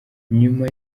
nyuma